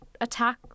attack